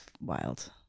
wild